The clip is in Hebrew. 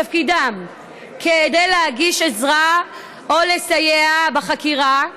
תפקידם כדי להגיש עזרה או לסייע בחקירה,